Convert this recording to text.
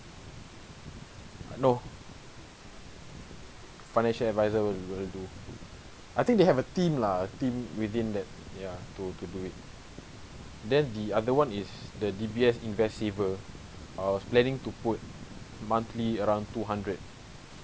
no financial advisor will will do I think they have a team lah team within that ya to to do it then the other one is the D_B_S invest saver I was planning to put monthly around two hundred